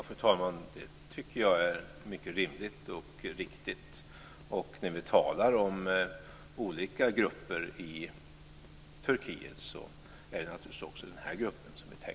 Fru talman! Det tycker jag är mycket rimligt och riktigt. När vi talar om olika grupper i Turkiet tänker vi naturligtvis också på den här gruppen.